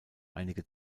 einige